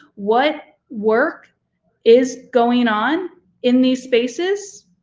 what work is going on in these spaces,